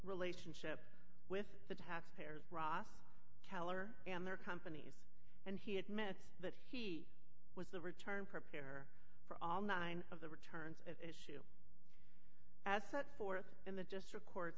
relationship with the taxpayers ross kalar and their companies and he admits that he was the return prepare for all nine of the returns at as set forth in the district court